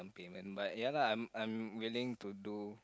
payment but ya lah I'm I'm willing to do